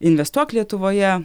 investuok lietuvoje